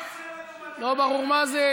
לא ברור מה זה.